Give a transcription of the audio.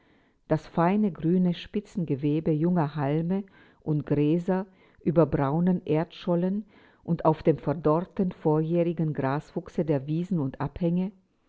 das feine grüne spitzengewebe junger halme und gräser über braunen erdschollen und auf dem verdorrten vorjährigen graswuchse der wiesen und abhänge